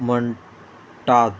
म्हणटात